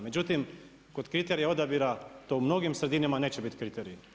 Međutim, kod kriterija odabira, to u mnogim sredinama neće biti kriterij.